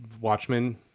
watchmen